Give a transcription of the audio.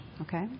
okay